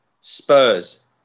Spurs